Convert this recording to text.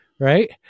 Right